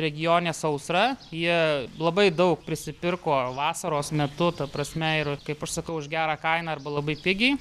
regione sausra jie labai daug prisipirko vasaros metu ta prasme ir kaip aš sakau už gerą kainą arba labai pigiai